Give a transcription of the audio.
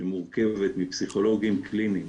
שמורכבת מפסיכולוגים קליניים